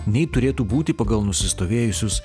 nei turėtų būti pagal nusistovėjusius